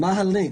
מה הלינק?